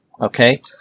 Okay